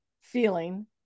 feeling